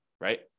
right